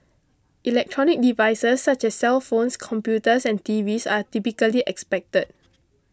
electronic devices such as cellphones computers and T Vs are typically expected